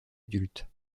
adultes